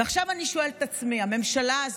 ועכשיו אני שואלת את עצמי, הממשלה הזאת,